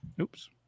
Oops